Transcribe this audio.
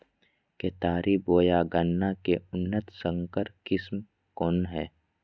केतारी बोया गन्ना के उन्नत संकर किस्म कौन है?